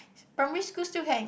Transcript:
primary school still can